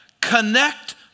connect